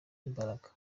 imbaraga